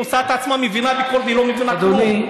היא עושה את עצמה מבינה בכול והיא לא מבינה כלום,